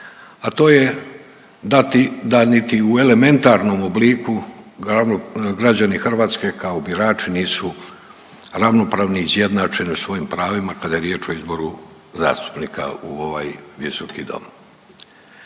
a to je dati, da niti u elementarnom obliku građani Hrvatske kao birači nisu ravnopravni i izjednačeni u svojim pravima kada je riječ o izboru zastupnika u ovaj visoki dom.